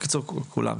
בקיצור כולם.